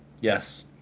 yes